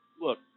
look